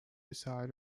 beside